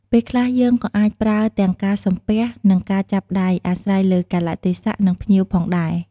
ពេលខ្លះយើងក៏អាចប្រើទាំងការសំពះ និងការចាប់ដៃ អាស្រ័យលើកាលៈទេសៈ និងភ្ញៀវផងដែរ។